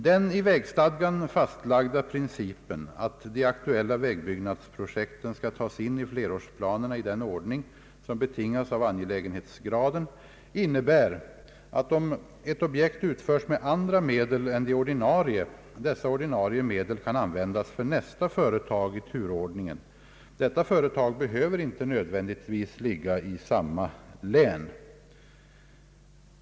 Den i vägstadgan fastlagda principen, att de aktuella vägbyggnadsprojekten skall tas in i flerårsplanerna i den ordning som betingas av angelägenhetsgraden, innebär att, om ett objekt utförs med andra medel än de ordinarie, dessa ordinarie medel kan användas för nästa företag i turordningen. Detta företag behöver inte nödvändigtvis ligga i samma län.